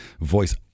voice